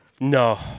No